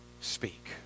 speak